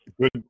Good